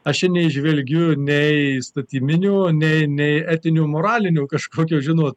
aš čia neįžvelgiu nei įstatyminių nei nei etinių moralinių kažkokių žino